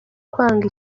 kwanga